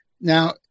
Now